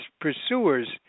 pursuers